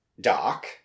Doc